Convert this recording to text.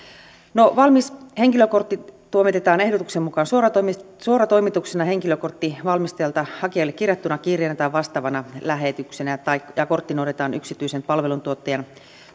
valmis henkilökortti toimitetaan ehdotuksen mukaan suoratoimituksena suoratoimituksena henkilökorttivalmistajalta hakijalle kirjattuna kirjeenä tai vastaavana lähetyksenä ja kortti noudetaan yksityisen palveluntuottajan